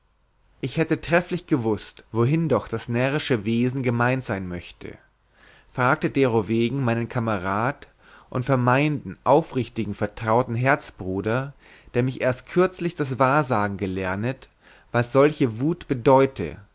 ich hätte trefflich gern gewußt wohin doch das närrische wesen gemeint sein möchte fragte derowegen meinen kamerad und vermeinden aufrichtigen vertrauten herzbruder der mich erst kürzlich das wahrsagen gelernet was solche wut bedeute